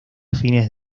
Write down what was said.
fines